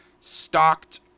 stocked